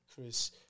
Chris